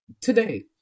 today